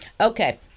okay